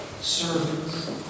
servants